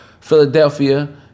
Philadelphia